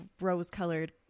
rose-colored